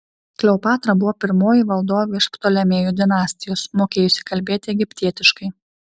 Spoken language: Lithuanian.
kleopatra buvo pirmoji valdovė iš ptolemėjų dinastijos mokėjusi kalbėti egiptietiškai